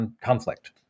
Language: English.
conflict